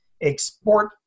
export